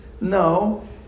no